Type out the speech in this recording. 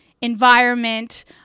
environment